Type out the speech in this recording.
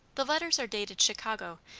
the letters are dated chicago,